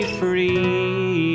free